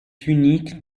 unique